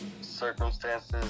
Circumstances